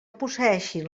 posseeixin